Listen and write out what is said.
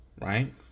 right